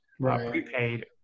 prepaid